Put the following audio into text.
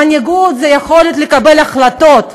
מנהיגות זאת היכולת לקבל החלטות,